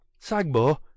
Sagbo